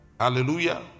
Hallelujah